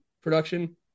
production